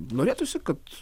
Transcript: norėtųsi kad